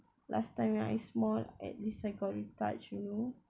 last time when I small at least I got to touch you know